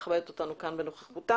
מכבדת אותנו כאן בנוכחותה.